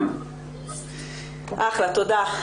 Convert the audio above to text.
תודה.